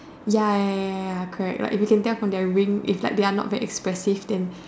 ya ya ya ya ya correct like if you can tell from their ring is like they're not very expressive then